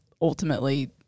ultimately –